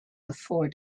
before